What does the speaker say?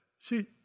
See